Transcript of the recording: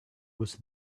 was